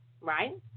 right